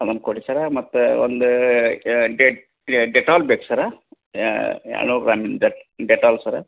ಅದೊಂದು ಕೊಡಿ ಸರ್ರ ಮತ್ತು ಒಂದು ಯ ಡೆಟಾಲ್ ಬೇಕು ಸರ್ ಎರಡು ನೂರು ಗ್ರಾಮಿಂದು ಡೆಟ್ ಡೆಟಾಲ್ ಸರ್